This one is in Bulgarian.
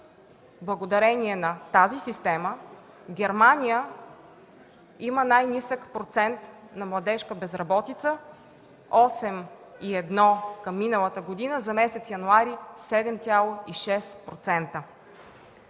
благодарение на тази система Германия има най-нисък процент на младежка безработица – 8,1% за миналата година, а за месец януари е 7,6%.